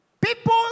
People